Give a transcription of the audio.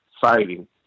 fighting